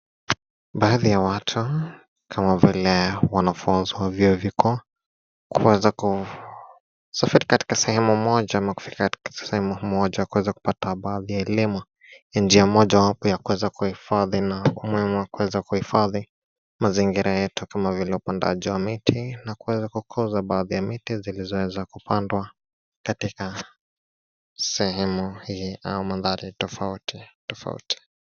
baadhi ya watu kama vile wanafunzi wa vyuo vikuu kuweza kusafiri katika sehemu moja ama kufika katika sehemu moja kuweza kupata baadhi ya elimu njia moja kuweza kuhifadhi na umuhimu ya kuhifhadi mazingira yetu kama vile upandaji wa miti katika sehemu hii au mandari tafauti tafauti